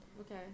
Okay